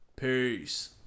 Peace